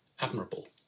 admirable